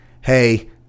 hey